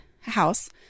house